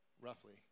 roughly